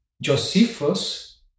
Josephus